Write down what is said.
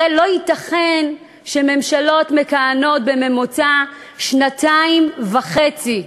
הרי לא ייתכן שממשלות מכהנות שנתיים וחצי בממוצע.